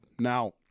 Now